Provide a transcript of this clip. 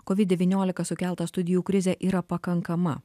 kovid devyniolika sukeltą studijų krizę yra pakankama